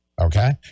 okay